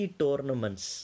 tournaments